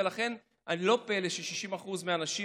ולכן לא פלא ש-60% מהאנשים,